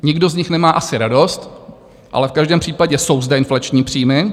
Nikdo z nich nemá asi radost, ale v každém případě jsou zde inflační příjmy.